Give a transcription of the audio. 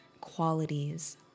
qualities